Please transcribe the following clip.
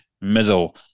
middle